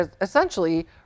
essentially